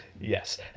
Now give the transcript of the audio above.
Yes